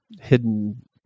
hidden